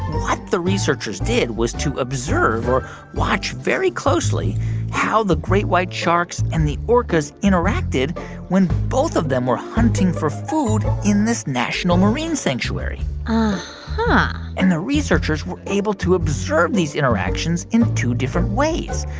what the researchers did was to observe or watch very closely how the great white sharks and the orcas interacted when both of them were hunting for food in this national marine sanctuary uh-huh and the researchers were able to observe these interactions in two different ways.